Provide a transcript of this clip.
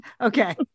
Okay